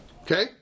Okay